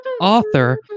author